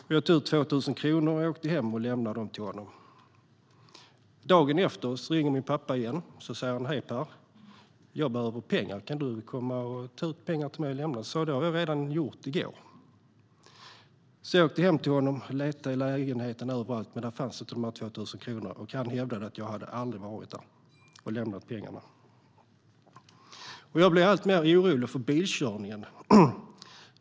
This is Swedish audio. Jag tog ut 2 000 kronor och åkte hem till honom och lämnade pengarna. Dagen efter ringde min pappa igen och sa: Hej, Per! Jag behöver pengar. Kan du komma och ta ut pengar och lämna till mig? Jag sa att jag hade gjort det redan dagen tidigare, och jag åkte hem till honom och letade överallt i lägenheten. Men där fanns inte de 2 000 kronorna, och han hävdade att jag aldrig hade varit där och lämnat pengarna. Jag blev alltmer orolig för bilkörningen.